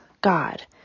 God